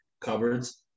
cupboards